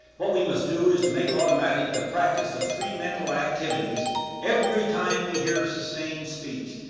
what we must do is to make automatic the practice of three mental activities every time we hear sustained speech.